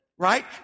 Right